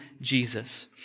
Jesus